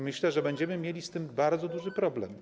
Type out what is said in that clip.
Myślę, że będziemy mieli z tym bardzo duży problem.